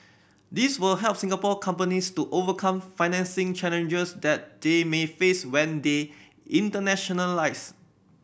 these will help Singapore companies to overcome financing challenges that they may face when they internationalise